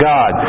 God